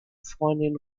freundin